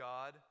God